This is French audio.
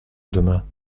demain